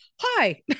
hi